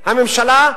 הממשלה,